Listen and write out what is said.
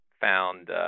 found